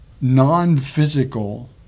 non-physical